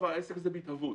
העסק הזה נמצא עכשיו בהתהוות.